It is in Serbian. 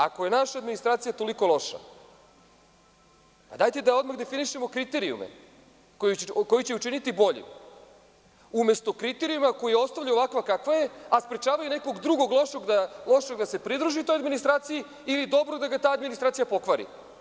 Ako je naša administracija toliko loša, dajte da odmah definišemo kriterijume koji će je učiniti boljom, umesto kriterijuma koji je ostavljaju ovakva kakva je, a sprečavaju nekog drugog lošeg da se pridruži toj administraciji ili dobrog da ga ta administracija pokvari.